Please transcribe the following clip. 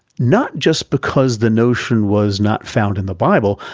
not just because the notion was not found in the bible,